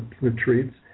Retreats